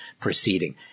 proceeding